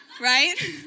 right